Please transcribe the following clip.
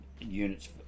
units